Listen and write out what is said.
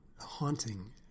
haunting